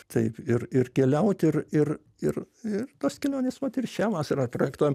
taip ir ir keliaut ir ir ir ir tos kelionės vat ir šią vasarą projektuojam